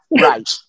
right